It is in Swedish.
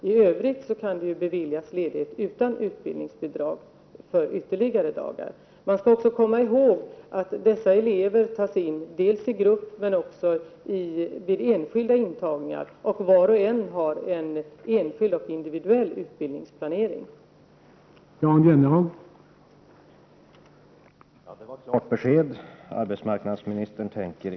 Inom Norrbotten har nu genomförts ett ganska omfattande förbud för plantering av Contortatall. Detta kommer att innebära att avverkningarna inom länet skärs ned med ca 100 000 kubikmeter per år.